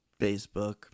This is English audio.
Facebook